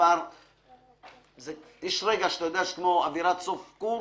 כבר יש רגע שאתה יודע זה כמו אווירת סוף קורס.